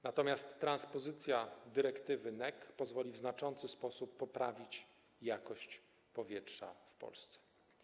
Natomiast transpozycja dyrektywy NEC pozwoli w znaczący sposób poprawić jakość powietrza w Polsce.